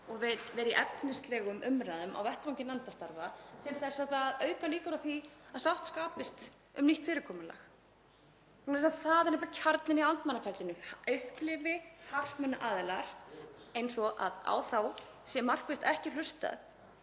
og vera í efnislegum umræðum á vettvangi nefndastarfa til að auka líkur á því að sátt skapist um nýtt fyrirkomulag. Það er bara kjarninn í andmælaferlinu. Upplifi hagsmunaaðilar að á þá sé markvisst ekki hlustað